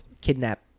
kidnap